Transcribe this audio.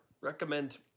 recommend